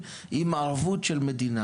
מחדרה - מיטל, שיש לה ילדה נכה.